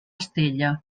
estella